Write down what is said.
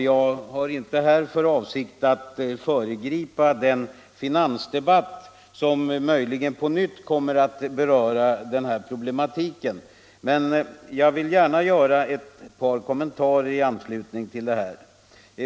Jag har inte här för avsikt att föregripa den finansdebatt som möjligen på nytt kommer att beröra den här problematiken, men jag vill gärna göra ett par kommentarer i anslutning till detta.